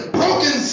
broken